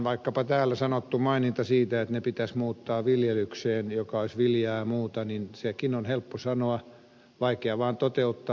vaikkapa täällä sanottu maininta siitä että ne pitäisi muuttaa viljelykseen joka olisi viljaa ja muuta sekin on helppo sanoa vaikea vaan toteuttaa